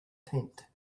tent